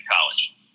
college